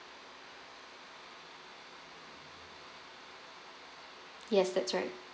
yes that's right